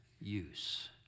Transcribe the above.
use